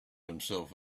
himself